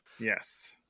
Yes